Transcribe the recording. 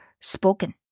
spoken